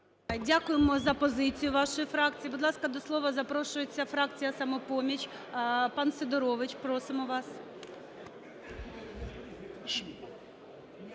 Дякуємо за позицію вашої фракції. Будь ласка, до слова запрошується фракція "Самопоміч". Пан Сидорович, просимо вас.